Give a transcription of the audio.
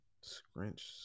scrunch